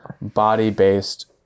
body-based